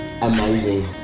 amazing